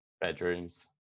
Bedrooms